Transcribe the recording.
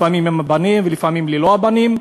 לפעמים עם הבנים ולפעמים ללא הבנים,